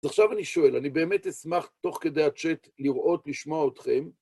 אז עכשיו אני שואל, אני באמת אשמח תוך כדי הצ'אט לראות, לשמוע אתכם.